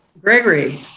Gregory